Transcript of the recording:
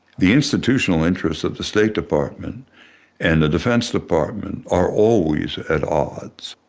the institutional interests of the state department and the defense department are always at odds.